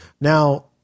Now